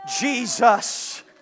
Jesus